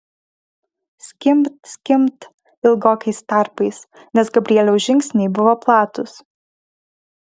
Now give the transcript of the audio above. skimbt skimbt ilgokais tarpais nes gabrieliaus žingsniai buvo platūs